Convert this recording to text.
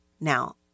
Now